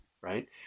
Right